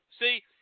See